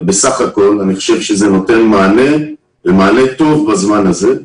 בסך הכול זה נותן מענה ומענה טוב בזמן הזה.